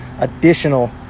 additional